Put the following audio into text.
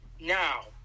Now